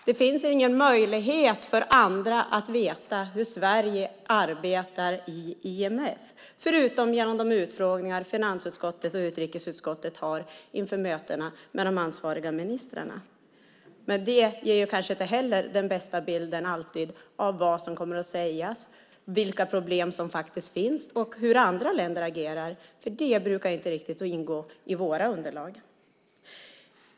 Det finns ingen möjlighet för andra att veta hur Sverige arbetar i IMF förutom genom de utfrågningar finansutskottet och utrikesutskottet har inför mötena med de ansvariga ministrarna. Men det ger kanske inte heller alltid den bästa bilden av vad som kommer att sägas, vilka problem som finns och hur andra länder agerar. Det brukar inte riktigt ingå i våra underlag.